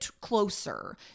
closer